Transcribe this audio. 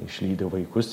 išlydi vaikus